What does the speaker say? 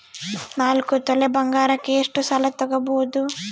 ನಾಲ್ಕು ತೊಲಿ ಬಂಗಾರಕ್ಕೆ ಎಷ್ಟು ಸಾಲ ತಗಬೋದು?